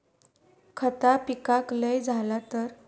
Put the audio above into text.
खता पिकाक लय झाला तर?